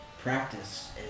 practice